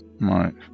Right